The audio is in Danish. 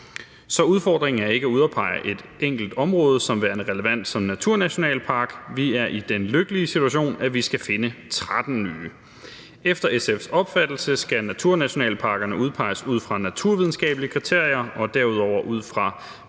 Så udfordringen er ikke at udpege et enkelt område som værende relevant som naturnationalpark. Vi er i den lykkelige situation, at vi skal finde 13 nye områder. Efter SF's opfattelse skal naturnationalparkerne udpeges ud fra naturvidenskabelige kriterier og derudover ud fra